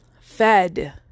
fed